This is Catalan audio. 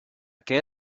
què